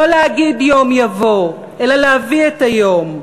לא להגיד יום יבוא אלא להביא את היום.